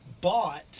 bought